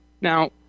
Now